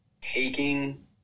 taking